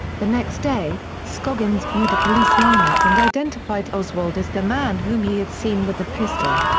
the next day, scoggins viewed a police lineup and identified oswald as the man whom he had seen with the pistol.